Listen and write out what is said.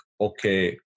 okay